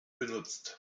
benutzt